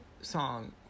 song